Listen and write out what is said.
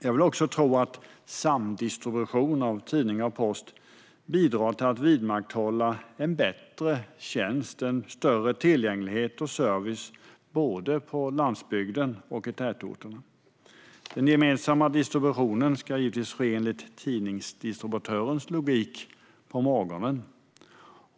Jag vill också tro att samdistribution av tidningar och post bidrar till att vidmakthålla en bättre tjänst i form av större tillgänglighet och service både på landsbygden och i tätorterna. Den gemensamma distributionen ska givetvis ske enligt tidningsdistributörens logik, det vill säga på morgonen.